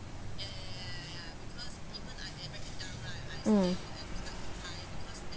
mm